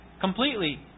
completely